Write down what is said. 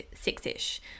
six-ish